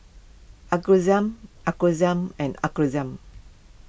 Aurangzeb Aurangzeb and Aurangzeb